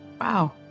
Wow